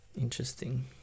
interesting